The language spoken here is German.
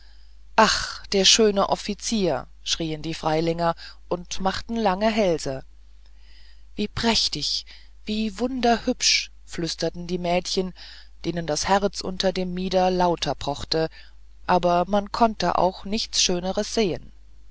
ach der schöne offizier schrien die freilinger und machten lange hälse wie prächtig wie wunderhübsch flüsterten die mädchen denen das herz unter dem mieder lauter pochte aber man konnte auch nichts schöneres sehen